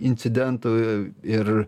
incidentų ir